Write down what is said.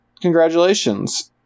Congratulations